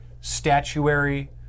statuary